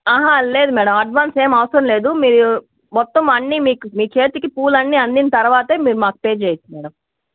ఆహా లేదు madam advance ఏమి అవసరం లేదు మీరు మొత్తం అన్నీ మీ మీ చేతికి పూలు అందిన తరువాతే మీరు మాకు పే చేయవచ్చు మేడం